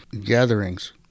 gatherings